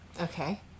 Okay